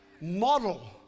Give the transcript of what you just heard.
model